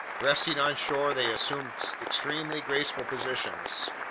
resting on shore, they assumed extremely graceful positions.